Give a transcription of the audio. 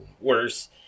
worse